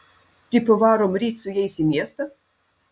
tipo varom ryt su jais į miestą